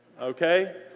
okay